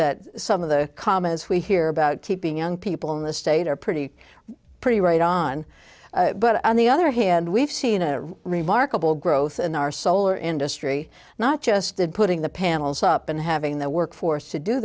that some of the commas we hear about keeping young people in the state are pretty pretty right on but on the other hand we've seen a remarkable growth in our solar industry not just putting the panels up and having the work force to do